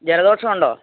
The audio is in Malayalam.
ജലദോഷമുണ്ടോ